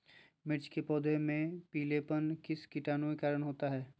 मिर्च के पौधे में पिलेपन किस कीटाणु के कारण होता है?